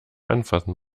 anfassen